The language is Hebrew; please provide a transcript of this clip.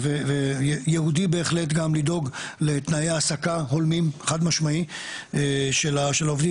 ויהודי בהחלט גם לדאוג לתנאי ההעסקה הולמים חד משמעי של העובדים,